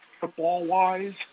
football-wise